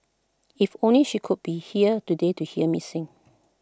if only she could be here today to hear me sing